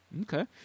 Okay